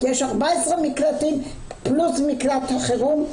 יש 14 מקלטים פלוס מקלט החירום,